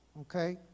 Okay